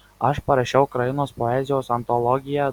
aš parašiau ukrainos poezijos antologiją